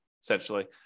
essentially